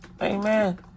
amen